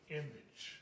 image